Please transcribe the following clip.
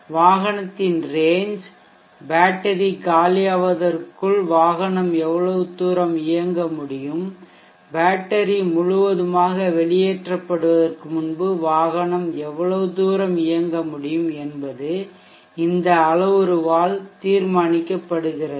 வாகனத்தின் range battery காலியாவதற்குள் வாகனம் எவ்வளவு தூரம் இயங்க முடியும் பேட்டரி முழுவதுமாக வெளியேற்றப்படுவதற்கு முன்பு வாகனம் எவ்வளவு தூரம் இயங்க முடியும் என்பது இந்த அளவுருவால் தீர்மானிக்கப்படுகிறது